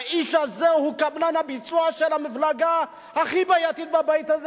האיש הזה הוא קבלן הביצוע של המפלגה הכי בעייתית בבית הזה,